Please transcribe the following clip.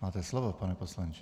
Máte slovo, pane poslanče.